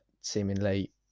seemingly